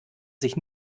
sich